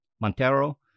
Montero